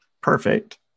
Perfect